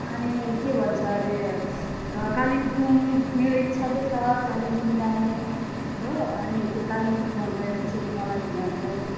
अनि भन्छ अरे कालिम्पोङ मेरो इच्छा चाहिँ छ कालिम्पोङ जाने हो अनि त्यो कालिम्पोङमा गएर चाहिँ मलाई त्यहाँको